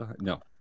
No